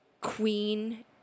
Queen